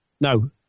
No